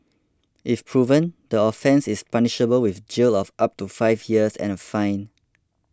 if proven the offence is punishable with jail of up to five years and a fine